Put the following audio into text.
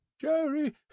Jerry